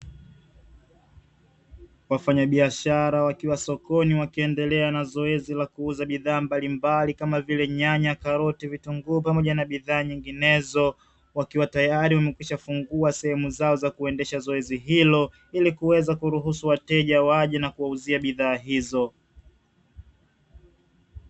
Wafanyabiashara wakiwa sokoni wakiendelea na zoezi la kuuza bidhaa mbalimbali kama vile nyanya, karoti, vitunguu pamoja na bidhaa nyinginezo wakiwa tayari wamekwisha fungua sehemu zao za kuendesha zoezi hilo ili kuweza kuruhusu wateja waje na kuweza kuwauzia bidhaa hizo.